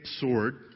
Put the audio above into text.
sword